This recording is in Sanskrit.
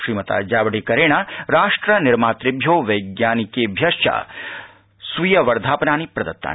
श्रीजावड़ेकरेण राष्ट्रनिर्मातृभ्यो वैज्ञानिकभ्य स्वीय वर्धापनानि प्रदत्तानि